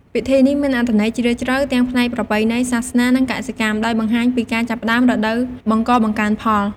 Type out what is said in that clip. ពិធីនេះមានអត្ថន័យជ្រាលជ្រៅទាំងផ្នែកប្រពៃណី សាសនា និងកសិកម្ម ដោយបង្ហាញពីការចាប់ផ្តើមរដូវបង្កបង្កើនផល។